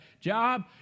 job